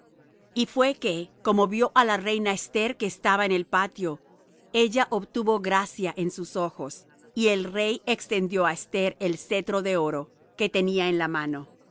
y fué que como vió á la reina esther que estaba en el patio ella obtuvo gracia en sus ojos y el rey extendió á esther el cetro de oro que tenía en la mano